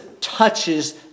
Touches